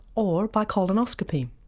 or by colonoscopy.